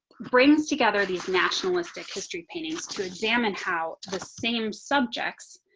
brings together these nationalistic history paintings to examine how the same subjects,